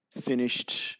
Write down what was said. finished